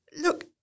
look